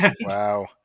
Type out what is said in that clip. Wow